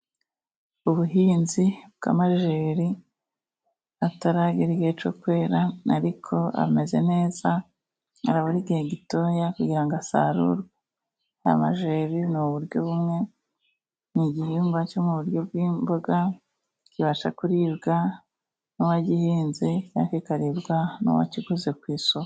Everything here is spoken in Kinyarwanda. Ubuhinzi bw'amajeri ataragera igihe cyo kwera, ariko ameze neza arabura igihe gitoya kugira asarurwe. Amajeri ni uburyo bumwe, ni igihingwa cyo mu buryo bw'imboga kibasha kuribwa n'uwagihinze, cyangwa kikaribwa n'uwakiguze ku isoko.